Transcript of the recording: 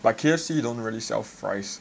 but K_F_C don't really sell fries